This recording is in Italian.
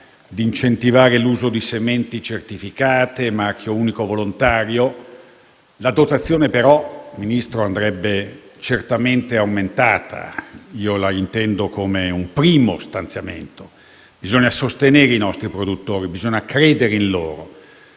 di incentivare l'uso di sementi certificate e il marchio unico volontario. La dotazione però, Ministro, andrebbe certamente aumentata: lo intendo come un primo stanziamento. Bisogna sostenere i nostri produttori e credere in loro